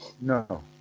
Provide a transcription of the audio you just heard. No